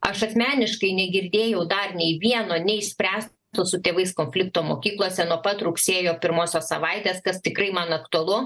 aš asmeniškai negirdėjau dar nei vieno neišspręs to su tėvais konflikto mokyklose nuo pat rugsėjo pirmosios savaitės tad tikrai man aktualu